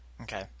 Okay